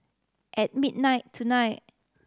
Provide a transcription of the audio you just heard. at midnight tonight